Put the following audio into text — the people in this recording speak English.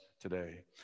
today